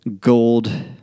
gold